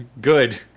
Good